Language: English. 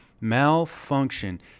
Malfunction